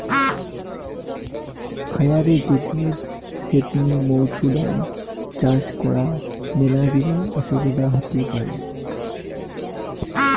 খায়ারে যে দুধ ছেপনি মৌছুদাম চাষ করাং মেলাগিলা অসুবিধা হতি পারি